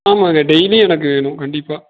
ஆமாங்க டெய்லி எனக்கு வேணும் கண்டிப்பாக